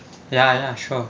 ya ya sure